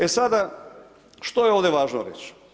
E sada, što je ovdje važno reći?